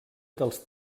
dels